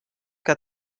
que